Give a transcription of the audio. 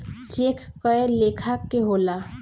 check कए लेखा के होला